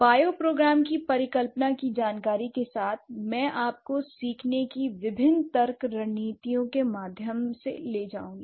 bioprogram की परिकल्पना की जानकारी के साथ मैं आपको सीखने की विभिन्न तर्क रणनीतियों के माध्यम से ले जाऊंगी